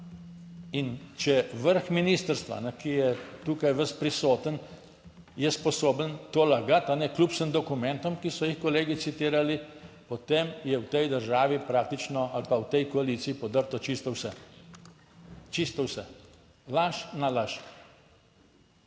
In če vrh ministrstva, ki je tukaj ves prisoten, je sposoben to lagati, kljub vsem dokumentom, ki so jih kolegi citirali, potem je v tej državi praktično ali pa v tej koaliciji podrto čisto vse. Čisto vse. Laž na laž.